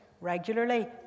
regularly